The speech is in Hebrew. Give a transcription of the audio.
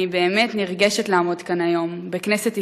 אני באמת נרגשת לעמוד כאן היום בכנסת ישראל,